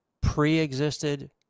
pre-existed